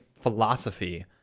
philosophy